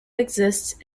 exists